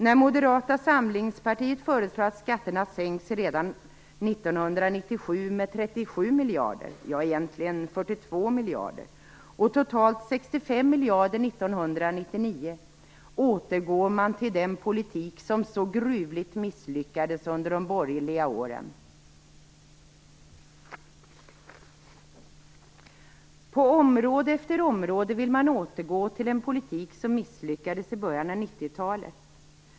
När Moderata samlingspartiet föreslår att skatterna sänks redan 1997 med 37 miljarder, egentligen 42 miljarder, och totalt 65 miljarder 1999 återgår man till den politik som så gruvligt misslyckades under de borgerliga åren. På område efter område vill man återgå till den politik som misslyckades i början av 90-talet.